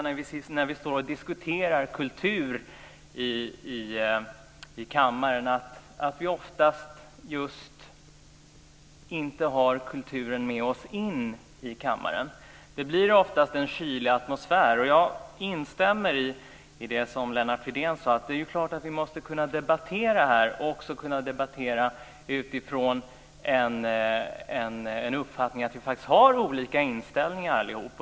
När vi diskuterar kultur känns det ofta som om vi inte har kulturen med oss in i kammaren. Det blir oftast en kylig atmosfär. Jag instämmer i det som Lennart Fridén sade. Det är klart att vi måste kunna debattera här och också kunna debattera utifrån att vi har olika inställning allihop.